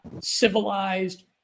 civilized